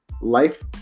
Life